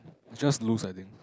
just lose I think